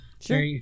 sure